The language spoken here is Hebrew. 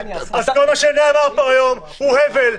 אז כל מה שנאמר פה היום הוא הבל,